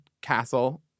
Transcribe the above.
castle